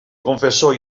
confessor